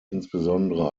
insbesondere